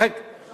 אפשר